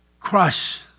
crush